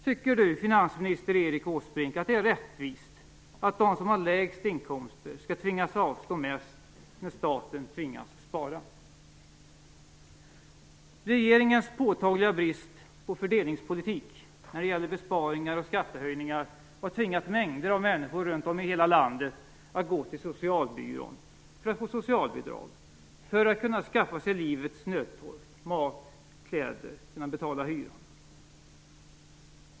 Tycker finansminister Erik Åsbrink att det är rättvist att de som har de lägsta inkomsterna skall tvingas avstå mest när staten tvingas spara? Regeringens påtagliga brist på fördelningspolitik när det gäller besparingar och skattehöjningar har tvingat mängder av människor runt om i landet att gå till socialbyrån för att få socialbidrag för att kunna skaffa sig livets nödtorft - mat, kläder, pengar till hyran.